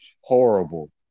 horrible